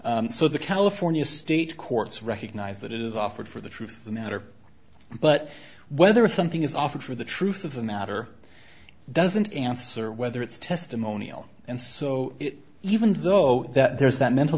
case so the california state courts recognize that it is offered for the truth of the matter but whether something is offered for the truth of the now matter doesn't answer whether it's testimonial and so even though that there's that mental